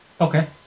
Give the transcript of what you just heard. Okay